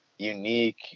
unique